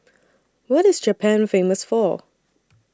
What IS Japan Famous For